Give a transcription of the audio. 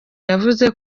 yavuze